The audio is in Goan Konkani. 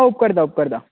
उपकरतां उपकरतां